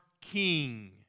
King